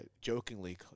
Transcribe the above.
jokingly